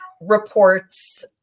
reports